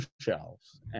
shelves